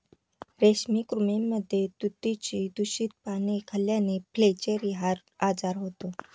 रेशमी कृमींमध्ये तुतीची दूषित पाने खाल्ल्याने फ्लेचेरी हा आजार होतो